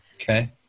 Okay